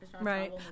right